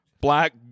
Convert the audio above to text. Black